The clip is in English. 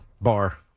Bar